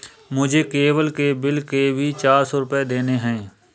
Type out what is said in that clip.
मुझे केबल के बिल के भी चार सौ रुपए देने हैं